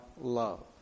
love